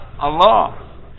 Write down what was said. Allah